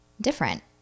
different